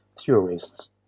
theorists